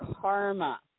karma